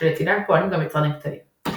כשלצידן פועלים גם יצרנים קטנים.